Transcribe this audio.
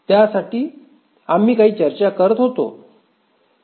त्यासाठी आम्ही काही चर्चा करीत होतो